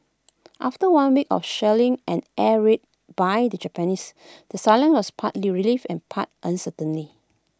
after one week of shelling and air raids by the Japanese the silence was part relief and part uncertainty